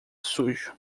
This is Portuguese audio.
sujo